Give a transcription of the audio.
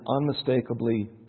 unmistakably